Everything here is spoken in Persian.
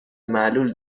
معلول